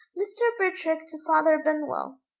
mr. bitrake to father benwell.